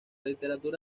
literatura